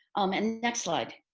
um and next slide,